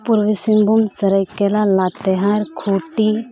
ᱯᱩᱨᱵᱤ ᱥᱤᱝᱵᱷᱩᱢ ᱥᱚᱨᱟᱭᱠᱮᱞᱞᱟ ᱞᱟᱛᱮᱦᱟᱨ ᱠᱷᱩᱸᱴᱤ